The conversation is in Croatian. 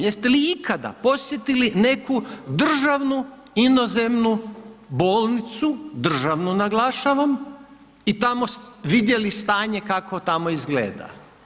Jeste li ikada posjetili neku državnu inozemnu bolnicu, državnu naglašavam i tamo vidjeli stanje kako tamo izgleda.